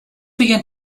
began